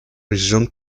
resumed